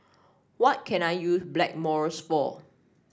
what can I use Blackmores for